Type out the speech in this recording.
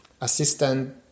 assistant